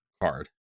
card